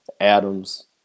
Adams